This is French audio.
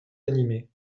animés